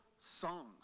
songs